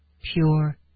Pure